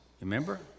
Remember